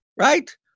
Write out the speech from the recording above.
right